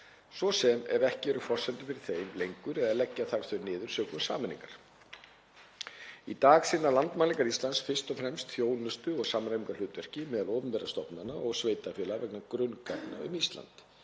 svo sem ef ekki eru forsendur fyrir þeim lengur eða leggja þarf þau niður sökum sameiningarinnar. Í dag sinna Landmælingar Íslands fyrst og fremst þjónustu- og samræmingarhlutverki meðal opinberra stofnana og sveitarfélaga vegna grunngagna um Ísland.